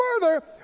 further